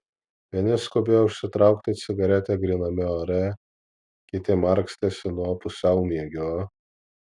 vieni skubėjo užsitraukti cigaretę gryname ore kiti markstėsi nuo pusiaumiegio